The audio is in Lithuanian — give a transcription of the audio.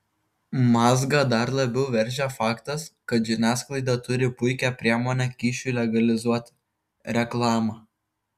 mazgą dar labiau veržia faktas kad žiniasklaida turi puikią priemonę kyšiui legalizuoti reklamą